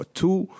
two